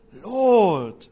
Lord